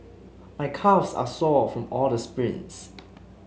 my calves are sore from all the sprints